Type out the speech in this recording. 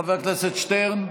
חבר הכנסת שטרן,